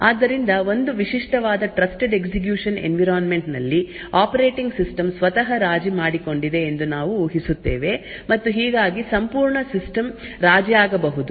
ಆದ್ದರಿಂದ ಒಂದು ವಿಶಿಷ್ಟವಾದ ಟ್ರಸ್ಟೆಡ್ ಎಕ್ಸಿಕ್ಯೂಶನ್ ಎನ್ವಿರಾನ್ಮೆಂಟ್ ನಲ್ಲಿ ಆಪರೇಟಿಂಗ್ ಸಿಸ್ಟಂ ಸ್ವತಃ ರಾಜಿ ಮಾಡಿಕೊಂಡಿದೆ ಎಂದು ನಾವು ಊಹಿಸುತ್ತೇವೆ ಮತ್ತು ಹೀಗಾಗಿ ಸಂಪೂರ್ಣ ಸಿಸ್ಟಮ್ ರಾಜಿಯಾಗಬಹುದು